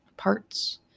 parts